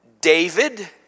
David